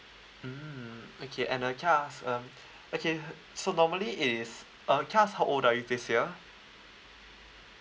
mm okay and uh can I ask um okay so normally is uh can I ask how old are you this year